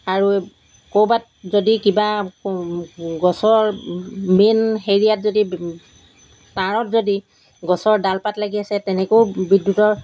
আৰু ক'ৰবাত যদি কিবা গছৰ মেইন হেৰিয়াত যদি তাঁৰত যদি গছৰ ডাল পাত লাগি আছে তেনেকৈও বিদ্যুতৰ